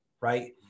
Right